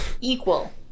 equal